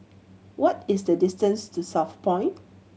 what is the distance to Southpoint